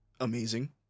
amazing